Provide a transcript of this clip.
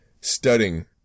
studying